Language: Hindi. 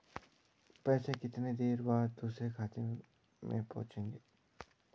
पैसे कितनी देर बाद दूसरे खाते में पहुंचेंगे?